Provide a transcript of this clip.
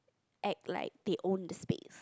act like they own the space